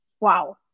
wow